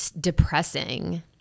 depressing